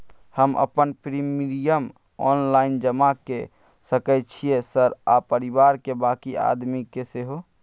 हम अपन premium online जमा के सके छियै सर आ परिवार के बाँकी आदमी के सेहो?